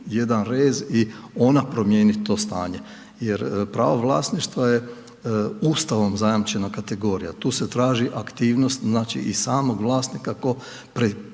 jedan rez i ona promijenit to stanje jer pravo vlasništva je Ustavom zajamčena kategorija, tu se traži aktivnost znači i samog vlasnika koji